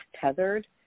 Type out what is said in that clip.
tethered